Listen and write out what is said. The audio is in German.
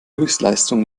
höchstleistung